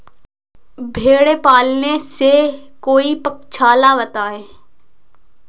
भेड़े पालने से कोई पक्षाला बताएं?